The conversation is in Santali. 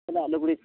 ᱡᱷᱟᱹᱞᱟᱜ ᱞᱩᱜᱽᱲᱤᱡ